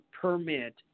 permit